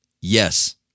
yes